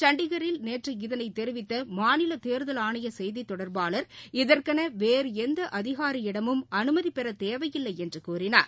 சண்டிகரில் நேற்று இதனைத் தெரிவித்த மாநில தேர்தல் ஆணைய செய்தித் தொடர்பாளர் இதற்கென வேறு எந்த அதிகாரியிடமும் அனுமதி பெறத் தேவையில்லை என்று கூறினார்